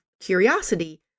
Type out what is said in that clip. curiosity